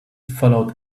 followed